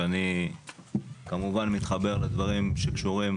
ואני כמובן מתחבר לדברים שקשורים